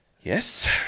yes